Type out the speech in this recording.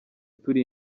turi